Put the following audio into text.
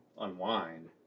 unwind